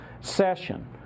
session